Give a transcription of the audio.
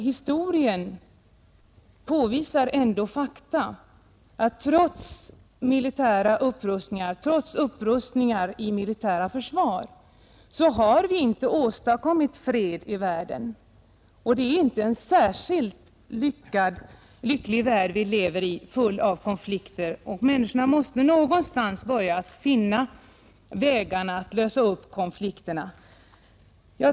Historien visar ändock att trots upprustningar i militära försvar har vi inte åstadkommit fred i världen. Det är inte en särskilt lycklig värld vi lever i, full av konflikter. Människorna måste någonstans börja att finna vägar att lösa upp konflikterna.